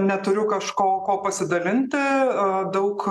neturiu kažko ko pasidalinti o daug